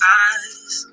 eyes